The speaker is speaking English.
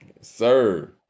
sir